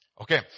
Okay